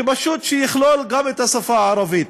שפשוט יכלול גם את השפה הערבית.